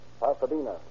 Pasadena